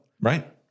Right